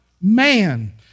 Man